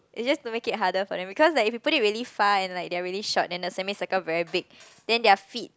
it's just to make it harder for them cause like if you put it really far and like they're really short and the semi circle very big then their feet